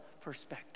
perspective